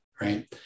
Right